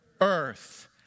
earth